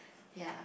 ya